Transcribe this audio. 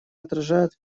отражает